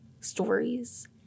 stories